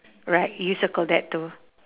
right you circle that too